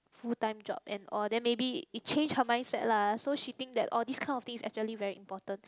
full time job and all then maybe it changed her mindset lah so she think that orh this kind of thing is actually very important